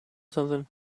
something